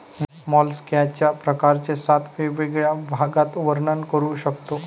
मॉलस्कच्या प्रकारांचे सात वेगवेगळ्या भागात वर्णन करू शकतो